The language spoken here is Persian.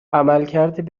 عملکرد